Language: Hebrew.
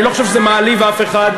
אני לא חושב שזה מעליב אף אחד.